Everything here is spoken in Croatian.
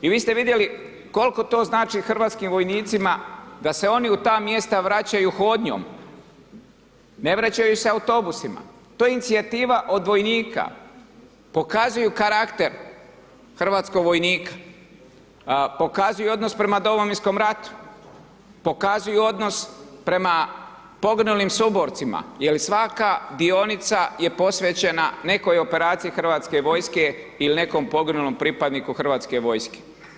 I vi ste vidjeli koliko to znači hrvatskim vojnicima da se oni u ta mjesta vraćaju hodnjom, ne vraćaju se autobusima, to je inicijativa vojnika, pokazuju karakter hrvatskog vojnika, pokazuju odnos prema Domovinskom ratu, pokazuju odnos prema poginulim suborcima, jer svaka dionica je posvećena nekoj operaciji Hrvatske vojske ili nekom poginulom pripadniku Hrvatske vojske.